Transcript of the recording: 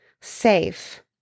safe